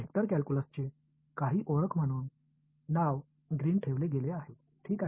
vector कॅल्क्युलसची काही ओळख म्हणून नाव ग्रीन ठेवले गेले आहे ठीक आहे